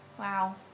Wow